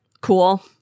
cool